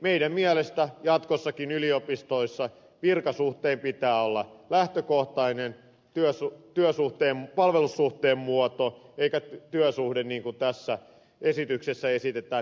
meidän mielestämme jatkossakin yliopistoissa virkasuhteen pitää olla lähtökohtainen palvelussuhteen muoto eikä työsuhde niin kuin tässä esityksessä esitetään